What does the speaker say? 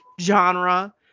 genre